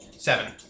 Seven